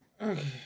okay